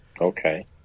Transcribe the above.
Okay